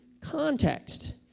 context